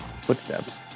footsteps